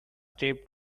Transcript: step